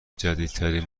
جدیدترین